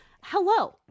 Hello